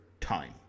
time